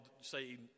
say